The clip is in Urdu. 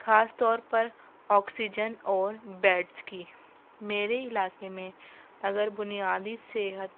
خاص طور پر آکسیجن اور بیڈس کی میرے علاقے میں اگر بنیادی صحت